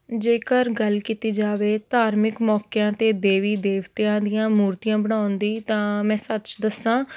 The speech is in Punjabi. ਜੇਕਰ ਗੱਲ ਕੀਤੀ ਜਾਵੇ ਧਾਰਮਿਕ ਮੌਕਿਆਂ 'ਤੇ ਦੇਵੀ ਦੇਵਤਿਆਂ ਦੀਆਂ ਮੂਰਤੀਆਂ ਬਣਾਉਣ ਦੀ ਤਾਂ ਮੈਂ ਸੱਚ ਦੱਸਾਂ